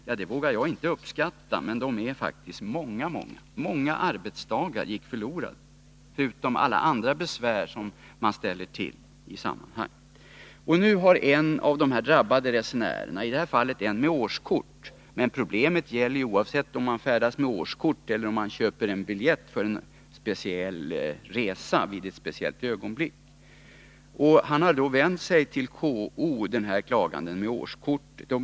Jag vågar inte ge mig in på en uppskattning av hur många arbetsdagar det kan röra sig om, men klart är att det är oerhört många. En av de drabbade resenärerna har alltså nu anfört klagomål till SJ. I det här fallet gäller det en resenär som har årskort, men problemen är ju desamma även om man köper biljett för en speciell resa.